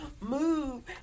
Move